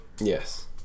Yes